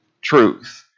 truth